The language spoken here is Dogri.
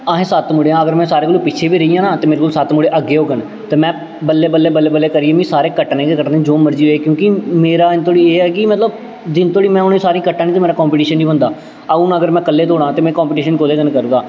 अहें सत्त मुड़े आं अगर में सारें कोला पिच्छें बी रेही जांऽ ना ते मेरे कोला सत्त मुड़े अग्गें होङन ते में बल्लें बल्लें बल्लें बल्लें करियै में सारे कट्टने गै कट्टने जो मर्जी होए क्योंकि मेरा ऐंड्ड धोड़ी एह् ऐ कि मतलब जिन्ने धोड़ी में उ'नें सारें गी कट्टां निं ते मेरा कंपीटीशन निं बनदा हां हून अगर में कल्ले दौड़ां ते में कंपीटीशन कोह्दे कन्नै करगा